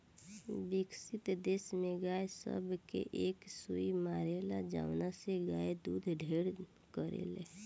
विकसित देश में गाय सब के एक सुई मारेला जवना से गाय दूध ढेर करले